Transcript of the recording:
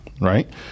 Right